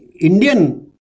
Indian